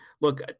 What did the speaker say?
Look